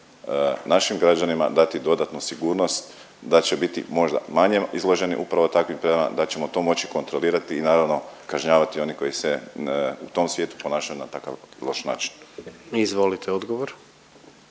našim građanima dati dodatnu sigurnost da će biti možda manje izloženi upravo takvim .../Govornik se ne razumije./... da ćemo to moći kontrolirati i naravno, kažnjavati one koji se u tom svijetu ponašaju na takav loš način. **Jandroković,